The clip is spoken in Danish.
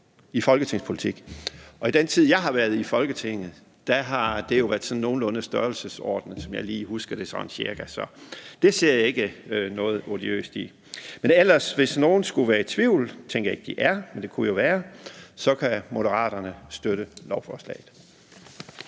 i folketingspolitik, og i den tid, hvor jeg har været i Folketinget, har det jo været sådan nogenlunde i den størrelsesorden, som jeg sådan cirka lige husker det. Det ser jeg ikke noget odiøst i. Men hvis nogen ellers skulle være i tvivl – det tænker jeg ikke at de er, men det kunne jo være – kan jeg sige, at Moderaterne kan støtte lovforslaget.